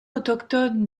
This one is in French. autochtone